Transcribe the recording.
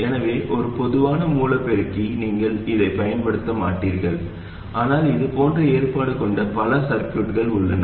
எனவே ஒரு பொதுவான மூல பெருக்கிக்கு நீங்கள் இதைப் பயன்படுத்த மாட்டீர்கள் ஆனால் இதுபோன்ற ஏற்பாடு கொண்ட பல சர்கியூட்கள் உள்ளன